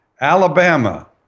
Alabama